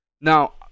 Now